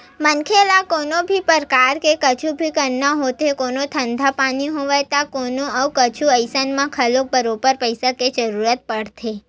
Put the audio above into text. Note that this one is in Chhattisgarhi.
मनखे ल कोनो भी परकार के कुछु भी करना होथे कोनो धंधा पानी होवय ते कोनो अउ कुछु अइसन म ओला बरोबर पइसा के जरुरत पड़थे